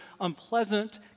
unpleasant